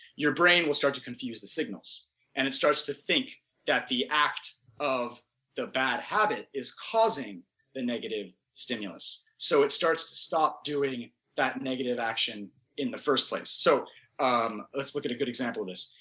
your brain will start to confuse the signals and it starts to sync that the act of the bad habit is causing the negative stimulus. so it starts to stop doing that negative action in the first place. so um let's look at a good example of this.